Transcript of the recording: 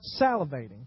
salivating